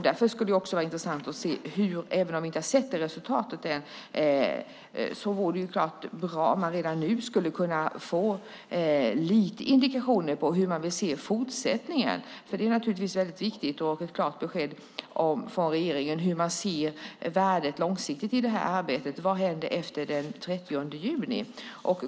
Därför skulle det också vara intressant om vi redan nu, även om vi ännu inte har sett detta resultat, skulle kunna få lite indikationer på hur man vill se fortsättningen. Det är naturligtvis viktigt med ett klart besked från regeringen om hur man ser värdet långsiktigt i detta arbete. Vad händer efter den 30 juni?